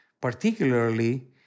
particularly